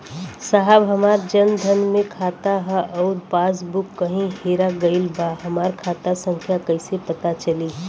साहब हमार जन धन मे खाता ह अउर पास बुक कहीं हेरा गईल बा हमार खाता संख्या कईसे पता चली?